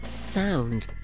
sound